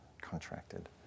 contracted